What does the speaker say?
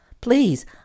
please